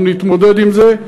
אנחנו נתמודד עם זה.